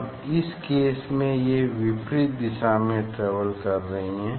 अब इस केस में ये विपरीत दिशा में ट्रेवल कर रही हैं